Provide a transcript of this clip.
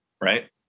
right